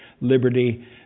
liberty